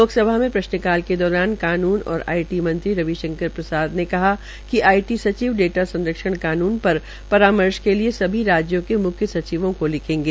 लोकसभा में प्रश्नकाल के दौरान कानून और आईटी मंत्री रवि शंकर प्रसाद ने कहा कि आई टी सचिव डेटा संरक्षण कानून पर परामर्श के लिए सभी राज्यों के म्ख्य सचिवों का लिखेंगे